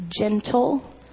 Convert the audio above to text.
gentle